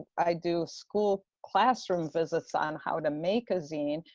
i do school classroom visits on how to make a zine,